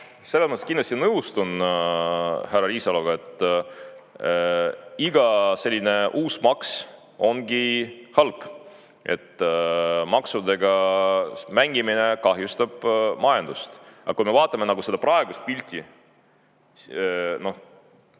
selles mõttes kindlasti nõustun härra Riisaloga, et iga selline uus maks ongi halb, maksudega mängimine kahjustab majandust. Aga kui me vaatame praegust pilti,